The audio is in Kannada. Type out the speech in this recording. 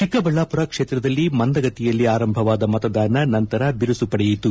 ಚಿಕ್ಕಬಳ್ಳಾಮರ ಕ್ಷೇತ್ರದಲ್ಲಿ ಮಂದಗತಿಯಲ್ಲಿ ಆರಂಭವಾದ ಮತದಾನ ನಂತರ ಬಿರುಸು ಪಡೆಯಿತು